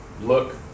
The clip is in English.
look